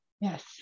yes